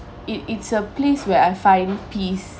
it it's a place where I find peace